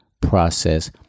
process